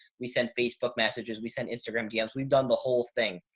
we sent facebook messages, we sent instagram dms, we've done the whole thing.